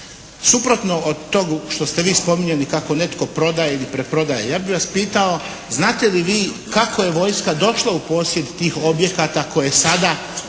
Suprotno od tog što ste vi spominjali kako netko prodaje ili preprodaje. Ja bi vas pitao, znate li vi kako je vojska došla u posjed tih objekata koje sada